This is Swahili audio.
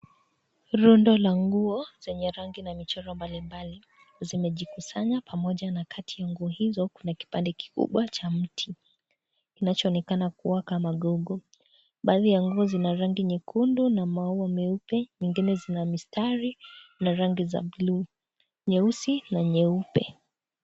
Rundo la nguo, zenye rangi na michoro mbali mbali, zimejikusanya pamoja na kati ya nguo hizo, kuna kipande kikibwa cha mti, kinacho onekana kuwa kama gogo, baadhi ya nguo zina rangi nyekundu, na maua meupe, zingine zina mistari, na langi ya (cs)blue(cs), nyeusi na nyeupe.